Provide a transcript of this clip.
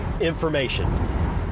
information